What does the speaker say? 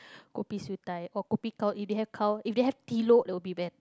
kopi siew-dai or kopi gao if they have gao if they have it would be